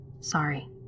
Sorry